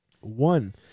one